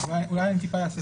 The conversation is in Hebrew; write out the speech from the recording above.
אולי אני טיפה אעשה סדר.